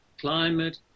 climate